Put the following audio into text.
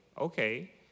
okay